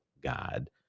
god